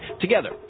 Together